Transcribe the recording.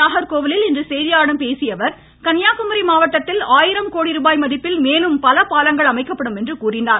நாகர்கோவிலில் இன்று செய்தியாளரிடம் பேசிய அவர் கன்னியாகுமரி மாவட்டத்தில் ஆயிரம் கோடி ருபாய் மதிப்பில் மேலும் பல பாலங்கள் அமைக்கப்படும் என்றார்